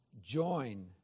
join